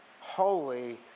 holy